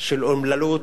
של אומללות,